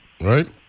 right